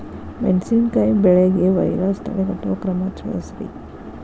ಮೆಣಸಿನಕಾಯಿ ಬೆಳೆಗೆ ವೈರಸ್ ತಡೆಗಟ್ಟುವ ಕ್ರಮ ತಿಳಸ್ರಿ